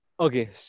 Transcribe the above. Okay